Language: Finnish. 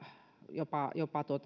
jopa jopa